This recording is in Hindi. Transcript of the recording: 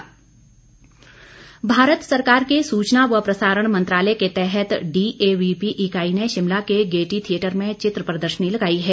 प्रदर्शनी भारत सरकार के सूचना व प्रसारण मंत्रालय के तहत डीएवीपी इकाई ने शिमला के गेयटी थियेटर में चित्र प्रदर्शनी लगाई है